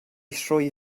rhoi